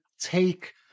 take